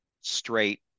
straight